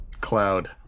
cloud